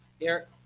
Eric